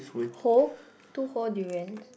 whole two whole durians